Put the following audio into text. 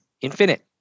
infinite